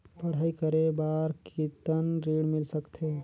पढ़ाई करे बार कितन ऋण मिल सकथे?